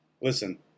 Listen